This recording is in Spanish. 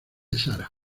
sara